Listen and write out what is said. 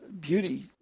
beauty